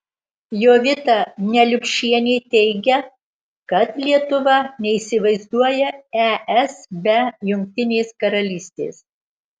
jovita neliupšienė teigia kad lietuva neįsivaizduoja es be jungtinės karalystės